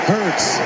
Hurts